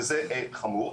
וזה חמור.